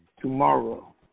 tomorrow